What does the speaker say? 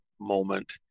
moment